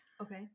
Okay